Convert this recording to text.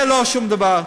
זה לא שום דבר.